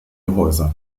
häuser